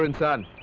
and son!